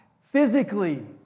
physically